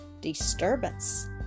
disturbance